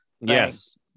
Yes